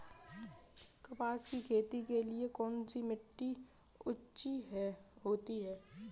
कपास की खेती के लिए कौन सी मिट्टी अच्छी होती है?